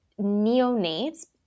neonates